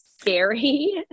scary